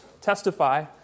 testify